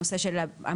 הנושא של המונח,